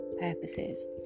purposes